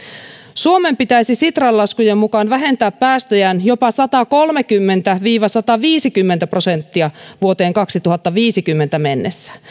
suomen pitäisi sitran laskujen mukaan vähentää päästöjään jopa satakolmekymmentä viiva sataviisikymmentä prosenttia vuoteen kaksituhattaviisikymmentä mennessä